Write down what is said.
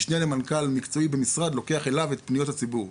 שמשנה למנכ"ל מקצועי במשרד לוקח אליו את פניות הציבור,